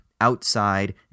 outside